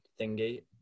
thingy